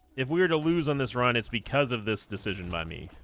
if we were to lose on this run it's because of this decision by me